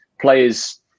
players